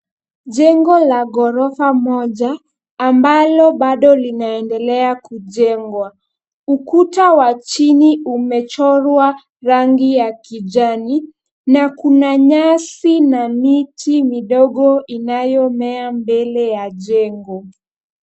Jengo la ghorofa moja ambalo bado linaendelea kujengwa. Ukuta wa chini umechorwa rangi ya kijani na kuna nyasi na miti midogo inayomea mbele ya jengo.